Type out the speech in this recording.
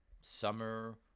summer